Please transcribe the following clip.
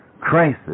crisis